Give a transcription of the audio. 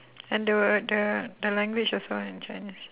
under what the the language also in chinese